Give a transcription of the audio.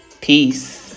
Peace